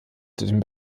den